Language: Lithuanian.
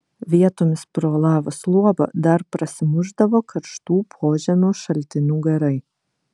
vietomis pro lavos luobą dar prasimušdavo karštų požemio šaltinių garai